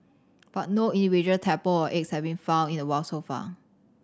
but no individual tadpole or eggs have been found in the wild so far